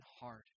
hard